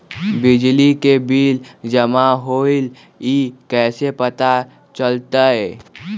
बिजली के बिल जमा होईल ई कैसे पता चलतै?